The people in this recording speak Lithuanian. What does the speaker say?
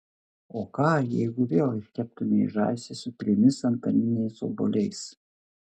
o ką jeigu vėl iškeptumei žąsį su trimis antaniniais obuoliais